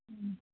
अँ